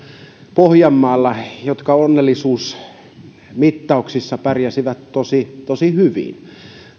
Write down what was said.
pohjanmaalla jotka onnellisuusmittauksissa pärjäsivät tosi tosi hyvin